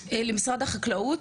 למשרד החקלאות,